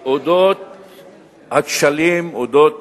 על אודות הכשלים, על אודות